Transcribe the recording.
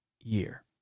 year